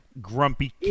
grumpy